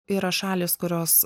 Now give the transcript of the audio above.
yra šalys kurios